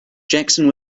jackson